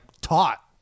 taught